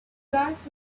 guns